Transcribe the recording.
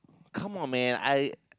come on man I